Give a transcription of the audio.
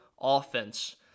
offense